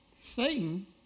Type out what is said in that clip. Satan